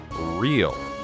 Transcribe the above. real